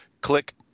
click